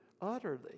utterly